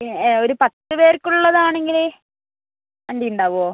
ഏ ഒരു പത്ത് പേർക്കുള്ളതാണെങ്കിൽ വണ്ടി ഉണ്ടാവുമോ